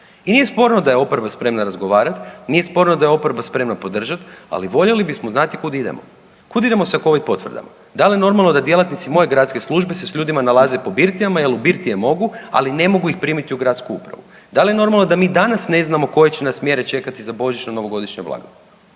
i nije sporno da je oporba spremna razgovarati, nije sporno da je oporba spremna podržati, ali voljeli bismo znati kud idemo. Kud idemo sa Covid potvrdama? Da li je normalno da djelatnici moje gradske službe se s ljudima nalaze po birtijama jer u birtije mogu, ali ne mogu ih primiti u gradsku upravu? Da li je normalno da mi danas ne znamo koje će nas mjere čekati za božićne i novogodišnje blagdane